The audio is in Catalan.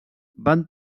van